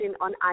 on